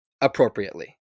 appropriately